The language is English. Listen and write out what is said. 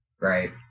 right